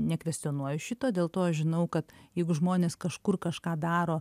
nekvestionuoju šito dėl to aš žinau kad jeigu žmonės kažkur kažką daro